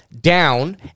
down